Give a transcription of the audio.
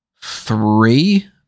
three